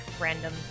random